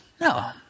No